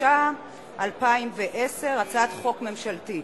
התשע"א 2010, הצעת חוק ממשלתית.